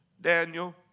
Daniel